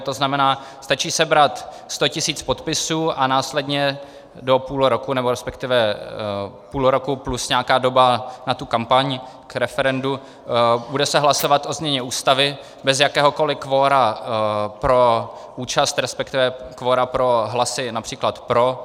To znamená, stačí sebrat 100 tisíc podpisů a následně do půl roku nebo respektive půl roku plus nějaká doba na tu kampaň k referendu se bude hlasovat o změně Ústavy bez jakéhokoliv kvora pro účast, respektive kvora pro hlasy například pro.